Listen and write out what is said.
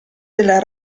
del